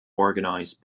organized